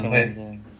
ya